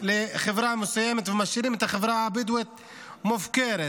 לחברה מסוימת ומשאירים את החברה הבדואית מופקרת,